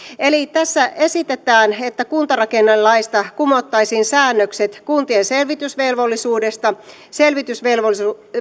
tässä esitetään että kuntarakennelaista kumottaisiin säännökset kuntien selvitysvelvollisuudesta selvitysvelvollisuuden